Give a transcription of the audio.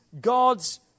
God's